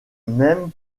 même